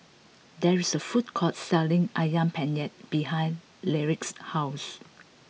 there is a food court selling Ayam Penyet behind Lyric's house